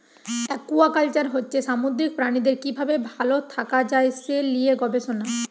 aquaculture হচ্ছে সামুদ্রিক প্রাণীদের কি ভাবে ভাল থাকা যায় সে লিয়ে গবেষণা